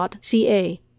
CA